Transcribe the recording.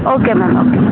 okay madam okay